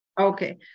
Okay